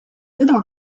teda